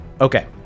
Okay